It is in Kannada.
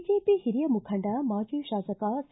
ಬಿಜೆಪಿ ಹಿರಿಯ ಮುಖಂಡ ಮಾಜಿ ಶಾಸಕ ಸಿ